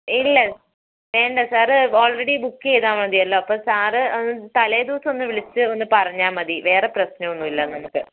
ഇല്ല വേണ്ട sir already book ചെയ്താൽ മതിയല്ലോ അപ്പോൾ സാർ തലേ ദിവസം ഒന്ന് വിളിച്ച് ഒന്ന് പറഞ്ഞാൽ മതി വേറെ പ്രശ്നമൊന്നുമില്ല് നമുക്ക്